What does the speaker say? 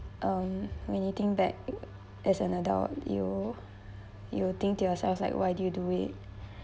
um when you think back as another of you you'll think yourself like why did you do it